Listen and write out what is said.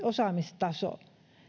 osaamistaso